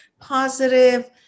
positive